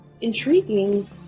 Intriguing